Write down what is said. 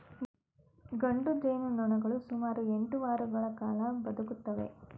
ಗಂಡು ಜೇನುನೊಣಗಳು ಸುಮಾರು ಎಂಟು ವಾರಗಳ ಕಾಲ ಬದುಕುತ್ತವೆ